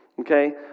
Okay